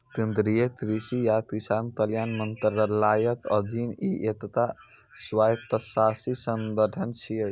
केंद्रीय कृषि आ किसान कल्याण मंत्रालयक अधीन ई एकटा स्वायत्तशासी संगठन छियै